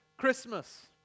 Christmas